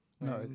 no